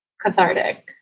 cathartic